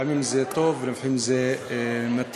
לפעמים זה טוב ולפעמים זה מתיש.